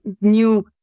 new